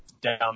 down